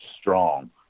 strong